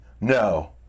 No